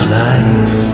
life